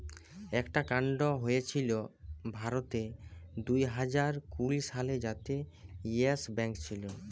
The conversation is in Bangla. একটা কান্ড হয়েছিল ভারতে দুইহাজার কুড়ি সালে যাতে ইয়েস ব্যাঙ্ক ছিল